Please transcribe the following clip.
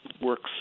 works